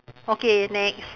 okay next